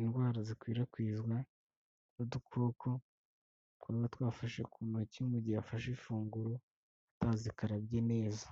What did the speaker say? indwara zikwirakwizwa n'udukoko twaba twafashe ku ntoki mu gihe afashe ifunguro atazikarabye neza.